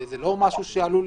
וזה לא משהו שעלול,